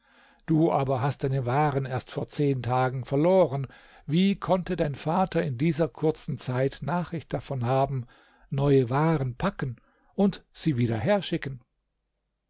du aber hast deine waren erst vor zehn tagen verloren wie konnte dein vater in dieser kurzen zeit nachricht davon haben neue waren packen und sie wieder herschicken